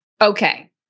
Okay